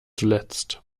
zuletzt